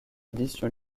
édition